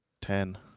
Ten